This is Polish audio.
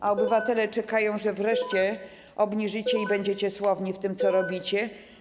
A obywatele czekają, aż wreszcie to obniżycie i będziecie słowni w tym, co robicie.